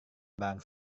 barang